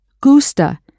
gusta